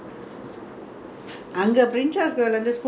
அந்த வீடு வேப்ப மரொலா இருந்தது:antha veedu veppa marolaa irunthathu